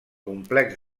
complex